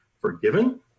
forgiven